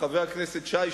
חבר הכנסת שי,